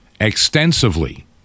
extensively